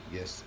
Yes